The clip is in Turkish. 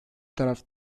taraf